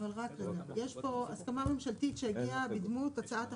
יש פה הסכמה ממשלתית שהגיעה בדמות הצעת החוק.